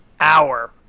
hour